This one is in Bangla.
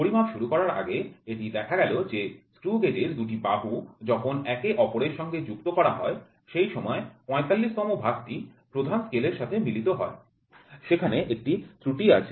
পরিমাপ শুরু করার আগে এটি দেখা গেল যে স্ক্রু গেজের দুটি বাহু যখন একে অপরের সঙ্গে যুক্ত করা হয় সেই সময় ৪৫ তম ভাগটি প্রধান স্কেলের সাথে মিলিত হয় সেখানে একটি ত্রুটি আছে